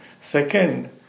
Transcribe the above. Second